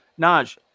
Naj